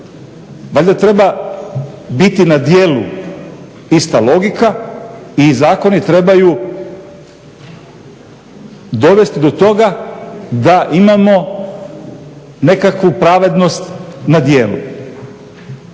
Valjda treba biti na djelu ista logika i zakoni trebaju dovesti do toga da imamo nekakvu pravednost na djelu.